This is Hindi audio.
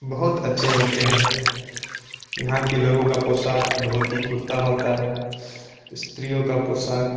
बहुत अच्छे होते हैं यहाँ के लोगों के पोषाक धोती कुर्ता होता है स्त्रियों का पोषाक